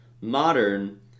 Modern